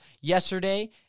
yesterday